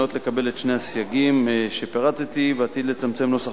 ניאות לקבל את שני הסייגים שפירטתי ועתיד לצמצם את נוסח